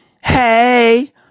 Hey